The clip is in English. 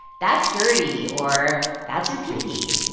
that's dirty or that's your pee-pee.